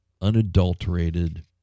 unadulterated